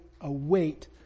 await